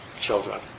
children